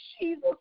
Jesus